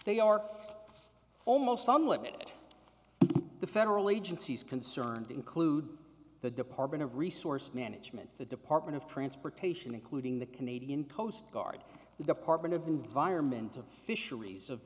they are almost unlimited the federal agencies concerned include the department of resource management the department of transportation including the canadian coast guard the department of environment of fisheries of